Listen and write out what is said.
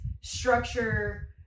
structure